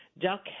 duck